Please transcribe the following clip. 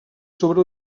sobre